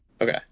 Okay